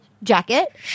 Jacket